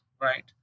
right